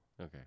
Okay